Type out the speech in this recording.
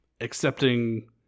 accepting